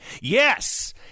Yes